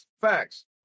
Facts